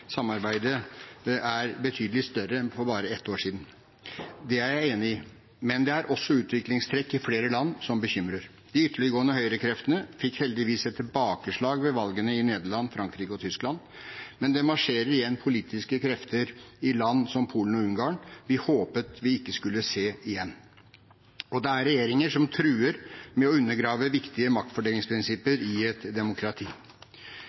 er også utviklingstrekk i flere land som bekymrer. De ytterliggående høyrekreftene fikk heldigvis et tilbakeslag ved valgene i Nederland, Frankrike og Tyskland. Men det marsjerer igjen politiske krefter i land som Polen og Ungarn som vi håpet vi ikke skulle se igjen, og det er regjeringer som truer med å undergrave viktige maktfordelingsprinsipper i et demokrati.